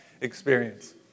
experience